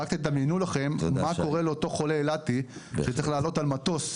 שרק דמיינו מה קורה לאותו חולה אילתי שצריך לעלות על מטוס